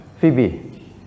Phoebe